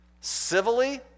civilly